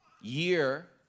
year